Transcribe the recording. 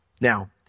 Now